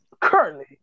currently